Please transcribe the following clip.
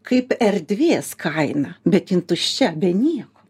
kaip erdvės kainą bet jin tuščia be nieko